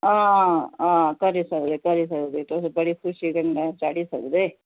हां हां भरी सकदे भरी सकदे तुस बड़ी खुशी कन्नै चाढ़ी सकदे